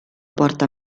porta